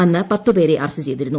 അന്ന് പത്തുപേരെ ആറ്റ്റ്റ് ്ചെയ്തിരുന്നു